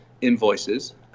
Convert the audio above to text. invoices